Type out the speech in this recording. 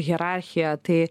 hierarchija tai